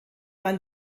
man